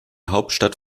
hauptstadt